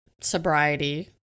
sobriety